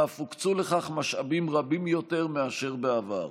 ואף הוקצו לכך משאבים רבים יותר מאשר בעבר.